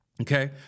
Okay